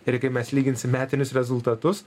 ir kai mes lyginsim metinius rezultatus